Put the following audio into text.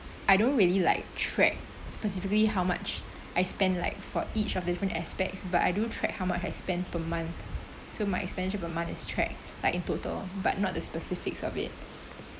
I don't really like track specifically how much I spend like for each of the different aspects but I do track how much I spend per month so my expenditure per month is track like in total but not the specifics of it